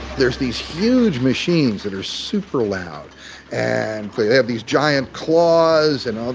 there's these huge machines that are super loud and they have these giant claws and all